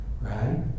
Right